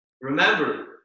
remember